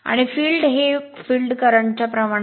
आणि field हे field current च्या प्रमाणात आहे